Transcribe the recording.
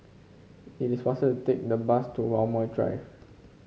it is faster take the bus to Walmer Drive